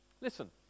Listen